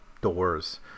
doors